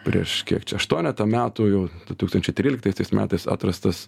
prieš kiek čia aštuonetą metų jau du tūkstančiai tryliktaisiais metais atrastas